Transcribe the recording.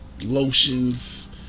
Lotions